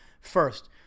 first